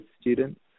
students